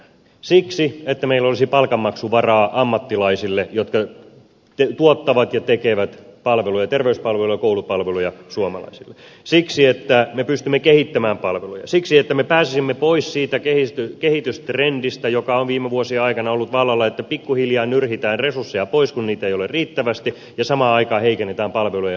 siksi että meillä olisi palkanmaksuvaraa ammattilaisille jotka tuottavat ja tekevät palveluja terveyspalveluja koulupalveluja suomalaisille siksi että me pystymme kehittämään palveluja siksi että me pääsisimme pois siitä kehitystrendistä joka on viime vuosien aikana ollut vallalla että pikkuhiljaa nyrhitään resursseja pois kun niitä ei ole riittävästi ja samaan aikaan heikennetään palvelujen laatua